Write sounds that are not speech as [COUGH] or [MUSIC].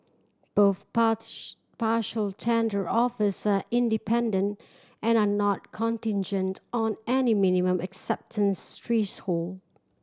both [UNINTELLIGIBLE] partial tender offers are independent and are not contingent on any minimum acceptance threshold